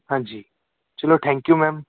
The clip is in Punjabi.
ਹਾਂਜੀ ਚਲੋ ਠੈਂਕ ਯੂ ਮੈਮ